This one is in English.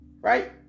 right